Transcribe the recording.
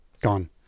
Gone